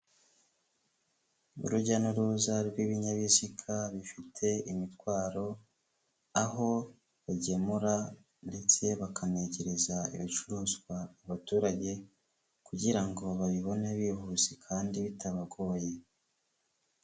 Urujya n'uruza rw'ibinyabiziga bifite imitwaro, aho bagemura ndetse bakanegereza ibicuruzwa abaturage kugira ngo babibone bihuse kandi bitabagoye.